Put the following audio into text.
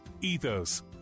Ethos